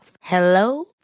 Hello